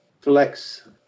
flex